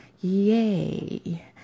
Yay